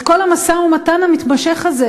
את כל המשא-ומתן המתמשך הזה,